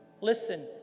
Listen